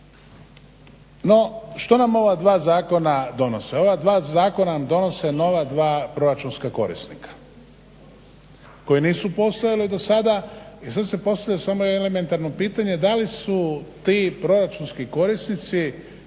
No što nam ova dva zakona donose? Ova dva zakona nam donose nova dva proračunska korisnika koja nisu postojala do sada i sada se postavlja samo jedno elementarno pitanje da li su ti proračunski korisnici